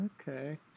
Okay